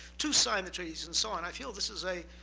to sign the treaties, and so on. i feel this is a